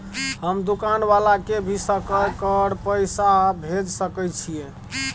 हम दुकान वाला के भी सकय कर के पैसा भेज सके छीयै?